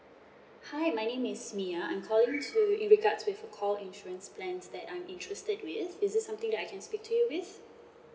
hi my name is mya I'm calling to in regards with call insurance plans that I'm interested with is it something that I can speak to you with